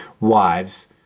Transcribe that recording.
wives